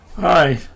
Hi